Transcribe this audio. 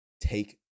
take